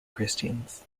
christians